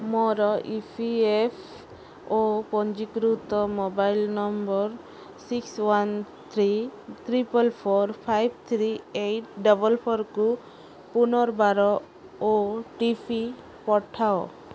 ମୋର E P F ଓ ପଞ୍ଜୀକୃତ mobile number six one triple four five three eighty double ଫୋର୍କୁ ପୁନର୍ବାର ଓ ଟି ପି ପଠାଅ